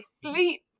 sleep